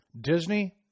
Disney